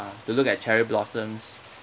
to look at cherry blossoms